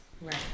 right